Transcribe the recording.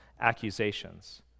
accusations